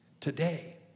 Today